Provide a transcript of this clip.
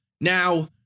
Now